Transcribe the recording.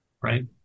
Right